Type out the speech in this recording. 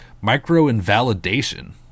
Micro-invalidation